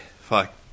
fuck